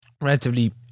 relatively